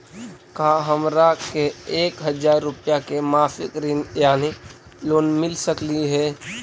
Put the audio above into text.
का हमरा के एक हजार रुपया के मासिक ऋण यानी लोन मिल सकली हे?